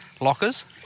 lockers